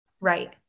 Right